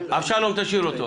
אבשלום, תשאיר אותו.